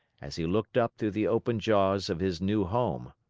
as he looked up through the open jaws of his new home.